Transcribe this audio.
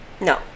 No